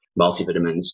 multivitamins